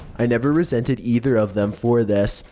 i never resented either of them for this,